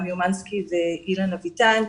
תמי אומנסקי ואילן אביטן.